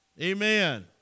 Amen